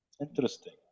Interesting